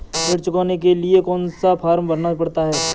ऋण चुकाने के लिए कौन सा फॉर्म भरना पड़ता है?